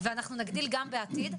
ואנחנו נגדיל גם בעתיד,